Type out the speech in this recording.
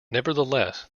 nevertheless